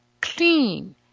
clean